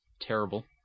terrible